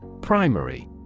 Primary